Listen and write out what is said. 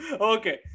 Okay